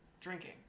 drinking